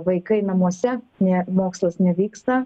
vaikai namuose ne mokslas nevyksta